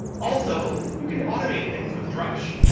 also, you can automate things with drush.